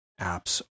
apps